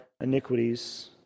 iniquities